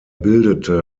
bildete